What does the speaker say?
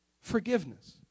forgiveness